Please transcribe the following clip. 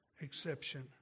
exception